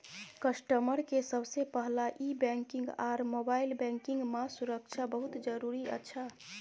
customer के सबसे पहला ई बैंकिंग आर मोबाइल बैंकिंग मां सुरक्षा बहुत जरूरी अच्छा